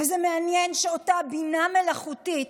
וזה מעניין שלאותה בינה מלאכותית